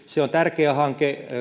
se on tärkeä hanke